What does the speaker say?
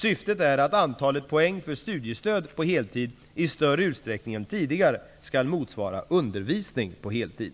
Syftet är att antalet poäng för studiestöd på heltid i större utsträckning än tidigare skall motsvara undervisning på heltid.